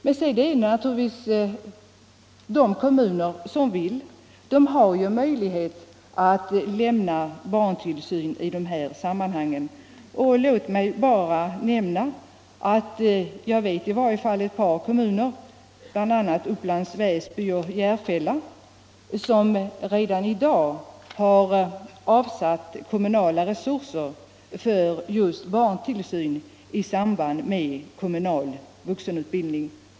Men de kommuner som vill göra det har naturligtvis möjlighet att ordna barntillsyn också i dessa sammanhang, och jag vet att i varje fall ett par kommuner —- Upplands Väsby och Järfälla — redan nu har avsatt kommunala resurser för just barntillsyn i samband med kommunal vuxenutbildning.